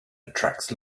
attracts